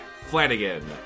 Flanagan